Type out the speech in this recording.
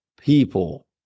people